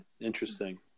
Interesting